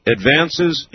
Advances